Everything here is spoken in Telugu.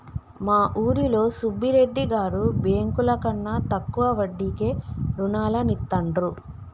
మా ఊరిలో సుబ్బిరెడ్డి గారు బ్యేంకుల కన్నా తక్కువ వడ్డీకే రుణాలనిత్తండ్రు